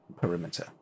perimeter